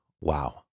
Wow